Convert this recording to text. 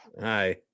Hi